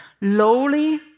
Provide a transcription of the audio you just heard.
lowly